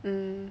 mm